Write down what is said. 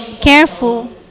careful